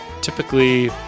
typically